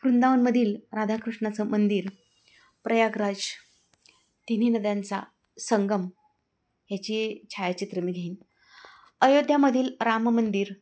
वृंदावनमधील राधाकृष्णाचं मंदिर प्रयाग्रज तिन्ही नद्यांचा संगम ह्याची छायाचित्र मी घेईन अयोध्यामधील राम मंदिर